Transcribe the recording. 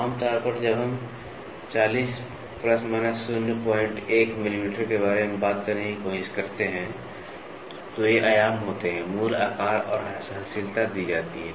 आम तौर पर जब हम 40 ± 01 मिलीमीटर के बारे में बात करने की कोशिश करते हैं तो ये आयाम होते हैं मूल आकार और सहनशीलता दी जाती है